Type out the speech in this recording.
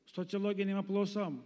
sociologinėm apklausom